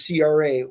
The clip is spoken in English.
CRA